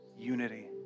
Unity